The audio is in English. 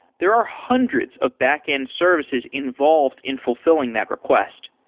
there are hundreds of backend services involved in fulfilling that request.